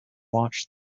watched